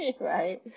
right